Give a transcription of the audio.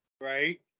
Right